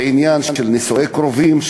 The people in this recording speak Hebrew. בעניין של נישואי קרובים,